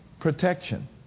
Protection